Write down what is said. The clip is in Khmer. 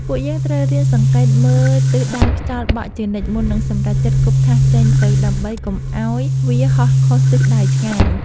ពួកយើងត្រូវរៀនសង្កេតមើលទិសដៅខ្យល់បក់ជានិច្ចមុននឹងសម្រេចចិត្តគប់ថាសចេញទៅដើម្បីកុំឱ្យវាហោះខុសទិសដៅឆ្ងាយ។